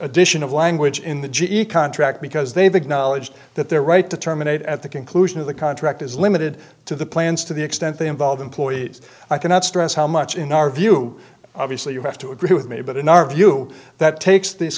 addition of language in the g e contract because they've acknowledged that their right to terminate at the conclusion of the contract is limited to the plans to the extent they involve employees i cannot stress how much in our view obviously you have to agree with me but in our view that takes this